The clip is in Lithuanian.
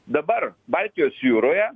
dabar baltijos jūroje